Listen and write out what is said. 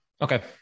Okay